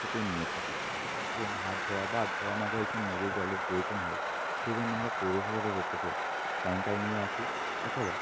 থেকে নিয়ে থাকি এবং হাত ধোয়া বা ধোয়া মাজার জন্য যে জলের প্রয়োজন হয় সেজন্য আমরা পৌরসভা থেকে ট্যাংকার নিয়ে আসি অথবা